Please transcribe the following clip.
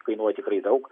kainuoja tikrai daug